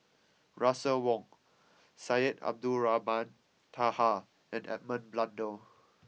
Russel Wong Syed Abdulrahman Taha and Edmund Blundell